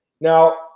Now